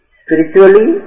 spiritually